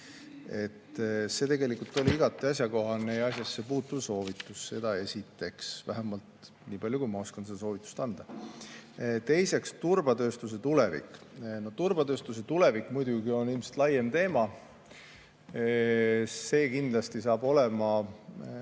See oli igati asjakohane ja asjasse puutuv soovitus, seda esiteks. Vähemalt niipalju, kui ma oskan seda soovitust anda. Teiseks, turbatööstuse tulevik. Turbatööstuse tulevik on ilmselt laiem teema. See saab kindlasti olema